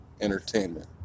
entertainment